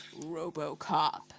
Robocop